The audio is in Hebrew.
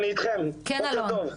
בוקר טוב אלון,